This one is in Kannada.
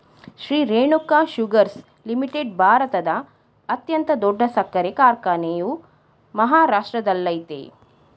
ಶ್ರೀ ರೇಣುಕಾ ಶುಗರ್ಸ್ ಲಿಮಿಟೆಡ್ ಭಾರತದ ಅತ್ಯಂತ ದೊಡ್ಡ ಸಕ್ಕರೆ ಕಾರ್ಖಾನೆಯು ಮಹಾರಾಷ್ಟ್ರದಲ್ಲಯ್ತೆ